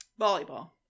Volleyball